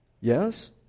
yes